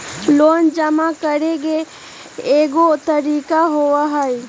Loan जमा करेंगे एगो तारीक होबहई?